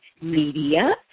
Media